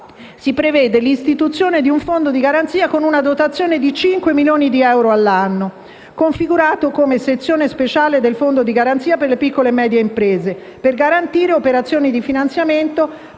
Si prevede infatti l'istituzione di un Fondo di garanzia, con una dotazione di 5 milioni di euro all'anno, configurato come sezione speciale del Fondo di garanzia per le piccole e medie imprese, per garantire operazioni di finanziamento